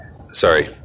sorry